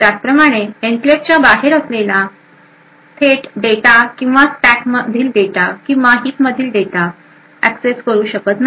त्याचप्रमाणे एन्क्लेव्हच्या बाहेर असलेला थेट डेटा किंवा स्टॅकमधील डेटा किंवा हीप मधील डेटा एक्सेस करू शकत नाही